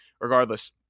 regardless